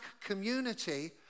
community